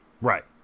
right